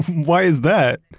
why is that?